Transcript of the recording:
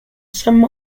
some